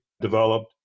developed